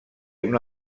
una